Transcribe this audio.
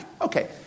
Okay